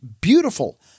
beautiful